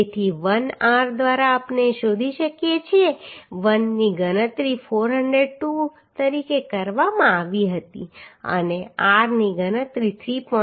તેથી l r દ્વારા આપણે શોધી શકીએ છીએ કે l ની ગણતરી 402 તરીકે કરવામાં આવી હતી અને r ની ગણતરી 3